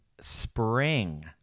Spring